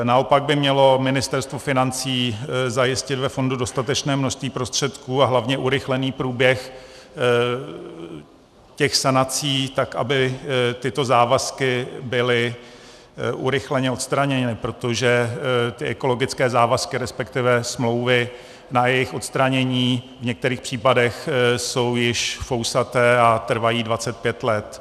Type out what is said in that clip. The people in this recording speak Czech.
Naopak by mělo Ministerstvo financí zajistit ve fondu dostatečné množství prostředků a hlavně urychlený průběh sanací tak, aby tyto závazky byly urychleně odstraněny, protože ekologické závazky, respektive smlouvy na jejich odstranění, v některých případech jsou již vousaté a trvají 25 let.